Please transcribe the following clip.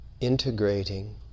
integrating